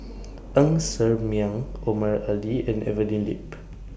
Ng Ser Miang Omar Ali and Evelyn Lip